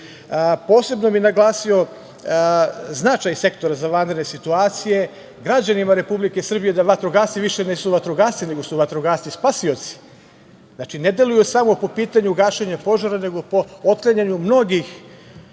bih naglasio značaj sektora za vanredne situacije, građanima Republike Srbije da vatrogasci nisu više vatrogasci, nego su vatrogasci spasioci. Znači, ne deluju samo po pitanju gašenja požara, nego po otklanjanju mnogih